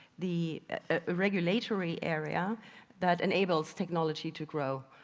the regulatory area that enables technology to grow.